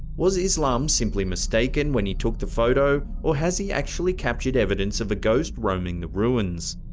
was islam simply mistaken when he took the photo? or has he actually captured evidence of a ghost roaming the ruins?